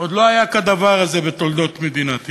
עוד לא היה כדבר הזה בתולדות מדינת ישראל.